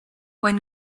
when